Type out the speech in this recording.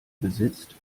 besitzt